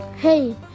Hey